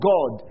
God